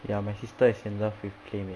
ya my sister is in love with playmade